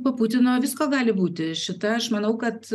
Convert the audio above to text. po putino visko gali būti šita aš manau kad